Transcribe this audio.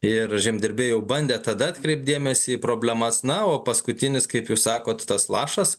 ir žemdirbiai jau bandė tada atkreipt dėmesį į problemas na o paskutinis kaip jūs sakot tas lašas